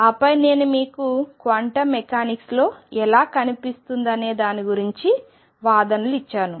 ఆపై నేను మీకు క్వాంటం మెకానిక్స్లో ఎలా కనిపిస్తుందనే దాని గురించి వాదనలు ఇచ్చాను